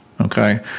Okay